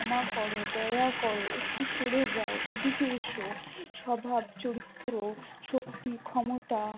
ক্ষমা কর দয়া কর একটু সরে যাও এদিকে এসো স্বভাব চরিত্র শক্তি ক্ষমতা